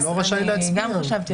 גם חשבתי,